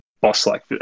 boss-like